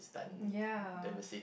ya